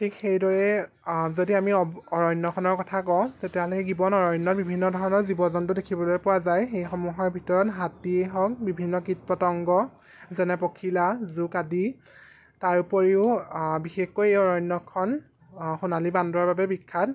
ঠিক সেইদৰে যদি আমি অব অৰণ্যখনৰ কথা কওঁ তেতিয়াহ'লে গিবন অৰণ্যত বিভিন্ন ধৰণৰ জীৱ জন্তু দেখিবলৈ পোৱা যায় সেইসমূহৰ ভিতৰত হাতী হওক বিভিন্ন কীট পতংগ যেনে পখিলা জোক আদি তাৰোপৰিও বিশেষকৈ এই অৰণ্যখন সোণালী বান্দৰৰ বাবে বিখ্যাত